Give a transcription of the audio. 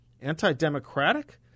Anti-democratic